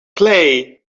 play